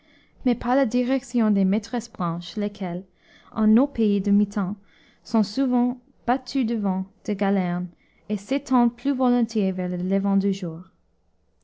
mais par la direction des maîtresses branches lesquelles en nos pays du mitant sont souvent battues du vent de galerne et s'étendent plus volontiers vers le levant du jour